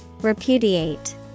Repudiate